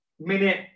minute